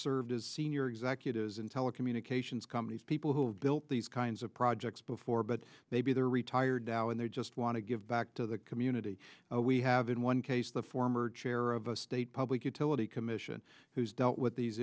served as senior executives in telecommunications companies people who have built these kinds of projects before but maybe they're retired now and they just want to give back to the community we have in one case the former chair of the state public utility commission who's dealt with these